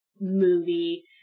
movie